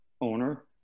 owner